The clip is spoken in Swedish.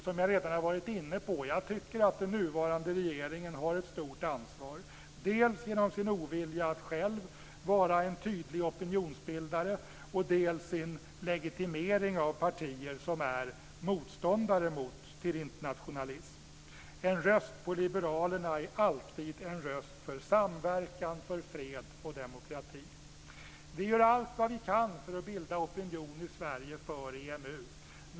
Som jag redan har varit inne på tycker jag att den nuvarande regeringen har ett stort ansvar genom dels sin ovilja att själv vara en tydlig opinionsbildare, dels sin legitimering av partier som är motståndare till internationalism. En röst på liberalerna är alltid en röst för samverkan, för fred och demokrati. Vi gör allt vad vi kan för att bilda opinion i Sverige för EMU.